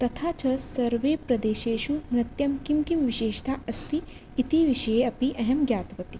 तथा च सर्वे प्रदेशेषु नृत्यं किं किं विशेषता अस्ति इति विषये अपि अहं ज्ञातवती